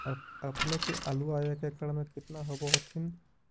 अपने के आलुआ एक एकड़ मे कितना होब होत्थिन?